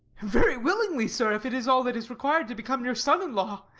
very willingly, sir, if it is all that is required to become your son-in-law.